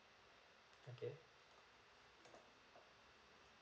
okay